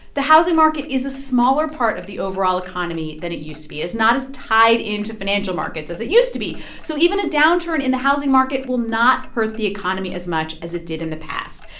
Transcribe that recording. the housing market is a smaller part of the overall economy than it used to be. it's not as tied into financial markets as it used to be. so even a downturn in the housing market will not hurt the economy as much as it did in the past.